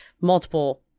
multiple